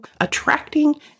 attracting